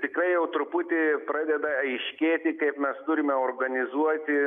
tikrai jau truputį pradeda aiškėti kaip mes turime organizuoti